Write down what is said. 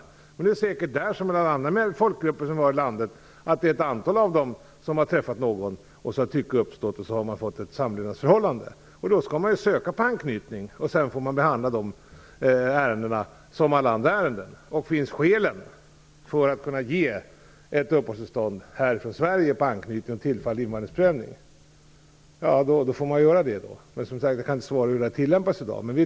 Men säkert är det för dem liksom för många andra folkgrupper här i landet så att ett antal har träffat någon för vilken tycke har uppstått och så har man fått ett samlevnadsförhållande. Då skall man förstås söka på anknytning. De ärendena behandlas som alla andra ärenden. Finns skäl att i Sverige ge ett uppehållstillstånd för tillfällig invandring på anknytning, får man göra det. Men jag kan, som sagt, inte svara på hur det tillämpas i dag.